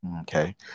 Okay